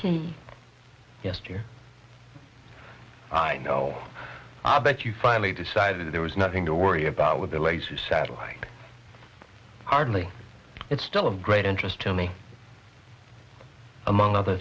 yesterday i know i bet you finally decided there was nothing to worry about with the latest satellite hardly it's still of great interest to me among other